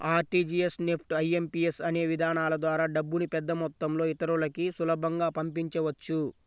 RTGS, NEFT, IMPS అనే విధానాల ద్వారా డబ్బుని పెద్దమొత్తంలో ఇతరులకి సులభంగా పంపించవచ్చు